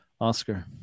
Oscar